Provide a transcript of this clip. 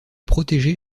protéger